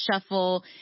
shuffle